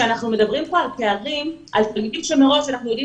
שאנחנו מדברים פה על פערים אנחנו יודעים